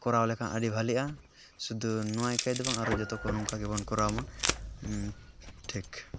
ᱠᱚᱨᱟᱣ ᱞᱮᱠᱷᱟᱱ ᱟᱹᱰᱤ ᱵᱷᱟᱹᱞᱤᱜᱼᱟ ᱥᱩᱫᱩ ᱱᱚᱣᱟ ᱮᱠᱞᱟ ᱫᱚ ᱵᱟᱝ ᱟᱨᱚ ᱡᱚᱛᱚ ᱠᱚ ᱱᱚᱝᱠᱟᱜᱮᱵᱚᱱ ᱠᱚᱨᱟᱣ ᱢᱟ ᱴᱷᱤᱠ